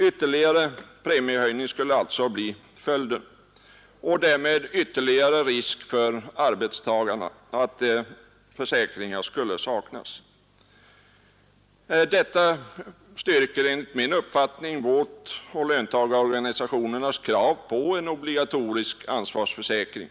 Ytterligare premiehöjning skulle alltså bli följden och därmed ökad risk för arbetstagarna att försäkringar skulle saknas. Detta styrker enligt min uppfattning vårt och löntagarorganisationernas krav på en obligatorisk ansvarsförsäkring.